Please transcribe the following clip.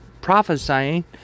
prophesying